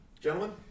gentlemen